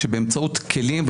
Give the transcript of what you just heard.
באמצעות כלים,